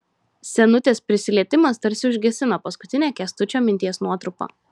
senutės prisilietimas tarsi užgesino paskutinę kęstučio minties nuotrupą